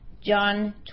John